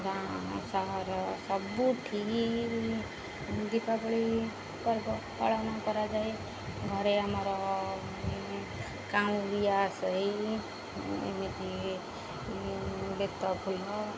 ଗାଁ ସହର ସବୁଠି ଦୀପାବଳି ପର୍ବ ପାଳନ କରାଯାଏ ଘରେ ଆମର କାଉଁରିଆ ସହ ଏମିତି ବେତ ଫୁଲ